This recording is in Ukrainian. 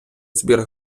збір